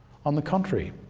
on the contrary.